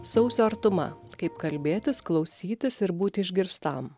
sausio artuma kaip kalbėtis klausytis ir būti išgirstam